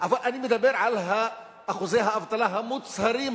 אבל אני מדבר על אחוזי האבטלה המוצהרים,